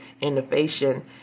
innovation